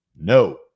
No